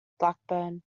blackburn